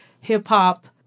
hip-hop